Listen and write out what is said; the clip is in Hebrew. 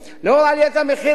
לנוכח עליית המחירים,